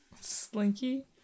Slinky